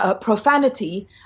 profanity